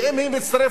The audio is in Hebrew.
ואם היא מצטרפת